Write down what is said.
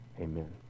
Amen